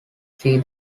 see